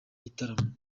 gitaramo